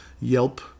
Yelp